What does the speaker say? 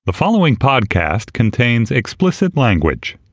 the following podcast contains explicit language